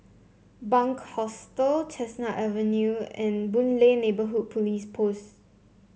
Bunc Hostel Chestnut Avenue and Boon Lay Neighbourhood Police Post